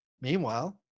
Meanwhile